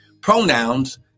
Pronouns